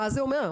מה זה אומר,